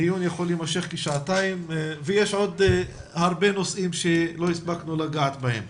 דיון יכול להמשך כשעתיים ויש עוד הרבה נושאים שלא הספקנו לגעת בהם.